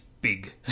big